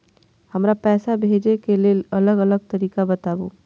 हमरा पैसा भेजै के लेल अलग अलग तरीका बताबु?